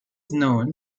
known